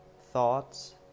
thoughts